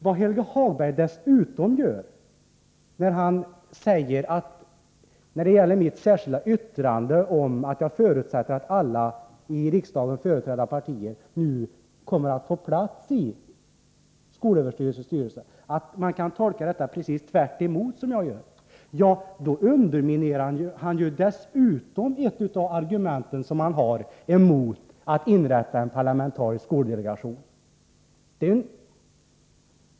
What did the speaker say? När Helge Hagberg sedan — beträffande mitt särskilda yttrande om att jag förutsätter att alla i riksdagen företrädda partier kommer att få en plats i skolöverstyrelsens styrelse — säger att yttrandet kan tolkas precis tvärtemot som jag tolkar det underminerar han ett av de argument som han har emot att inrätta en parlamentarisk skoldelegation.